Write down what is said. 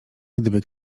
gdyby